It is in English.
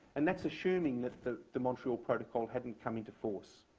and that's assuming that the the montreal protocol hadn't come into force.